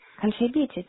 contributed